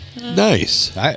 Nice